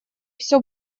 все